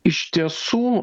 iš tiesų